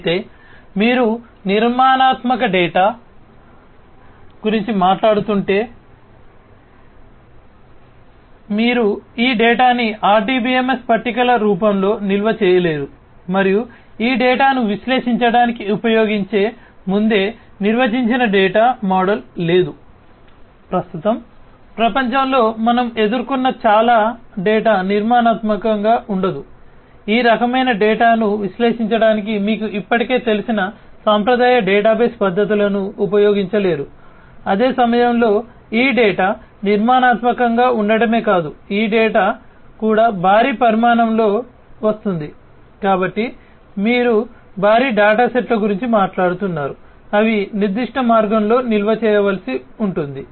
అయితే మీరు నిర్మాణాత్మక డేటా వస్తుంది కాబట్టి మీరు భారీ డేటాసెట్ల గురించి మాట్లాడుతున్నారు అవి నిర్దిష్ట మార్గంలో నిల్వ చేయవలసి ఉంటుంది